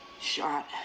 shot